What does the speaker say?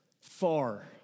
far